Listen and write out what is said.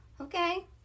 Okay